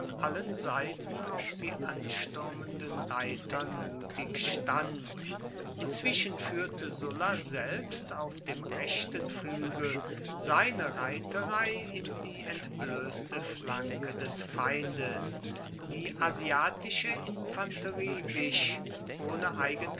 allen seiten auf sie anstürmenden reitern mutig stand inzwischen führte sulla selbst auf dem rechten flügel seine reiterei in die entblößte flanke des feindes die asiatische infanterie wich ohne